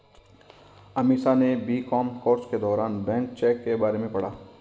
अमीषा ने BCom course के दौरान बैंक चेक के बारे में पढ़ा